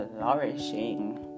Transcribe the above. flourishing